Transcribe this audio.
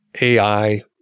AI